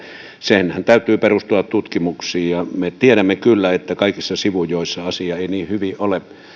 senhän täytyy perustua tutkimuksiin me tiedämme kyllä että kaikissa sivujoissa asia ei niin hyvin ole